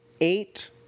Eight